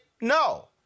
no